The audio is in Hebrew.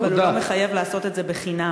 אבל לא מחייב לעשות את זה בחינם.